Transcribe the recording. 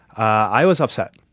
i was upset.